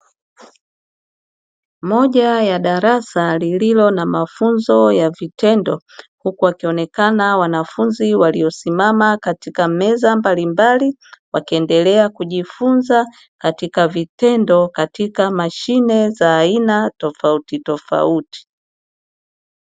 Moja ya darasa lililo na mafunzo ya vitendo huku akionekana wanafunzi waliosimama katika meza mbalimbali wakiendelea kujifunza katika vitendo katika mashine za aina tofautitofauti.